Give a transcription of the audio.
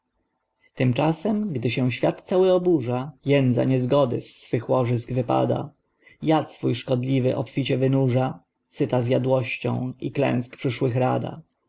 tymczasem gdy się świat cały oburza jędza niezgody z swych łożysk wypada jad swój szkodliwy obficie wynurza syta zjadłością i klęsk przyszłych rada